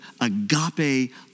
agape